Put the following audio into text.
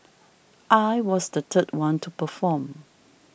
I was the third one to perform